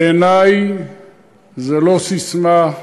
בעיני זו לא ססמה,